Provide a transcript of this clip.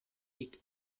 peak